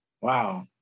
Wow